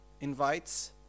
invites